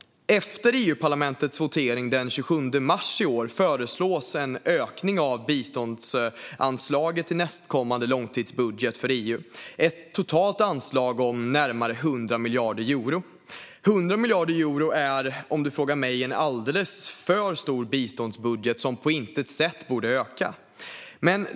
Efter EU-parlamentets votering den 27 mars i år föreslås en ökning av biståndsanslaget i nästkommande långtidsbudget för EU - ett totalt anslag på närmare 100 miljarder euro. Om man frågar mig är 100 miljarder euro en alldeles för stor biståndsbudget, som på intet sätt borde öka.